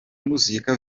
muzika